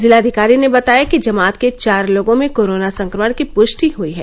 जिलाधिकारी ने बताया कि जमात के चार लोगों में कोरोना संक्रमण की पुष्टि हुई है